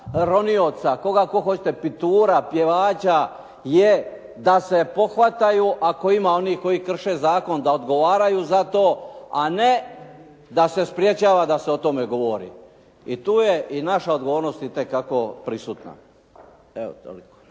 ako hoćete pitura, pjevača je da se pohvataju ako ima onih koji krše zakon da odgovaraju za to a ne da se sprječava da se o tome govori. I tu je i naša odgovornost itekako prisutna.